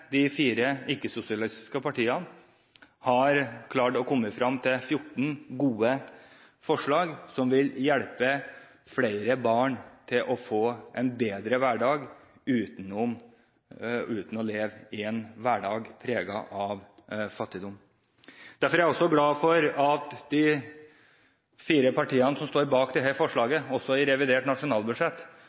de fire ikke-sosialistiske partiene har klart å komme frem til 14 gode forslag som vil hjelpe flere barn til å få en bedre hverdag uten å leve i en hverdag preget av fattigdom. Derfor er jeg også glad for at de fire partiene som står bak dette forslaget, har klart å finne bevilgninger på 70 mill. kr i revidert nasjonalbudsjett